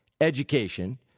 education